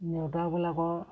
নেওতাবিলাকৰ